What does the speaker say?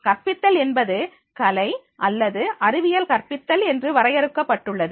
கற்பித்தல் என்பது கலை அல்லது அறிவியல் கற்பித்தல் என்று வரையறுக்கப்பட்டுள்ளது